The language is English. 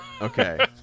okay